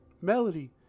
Melody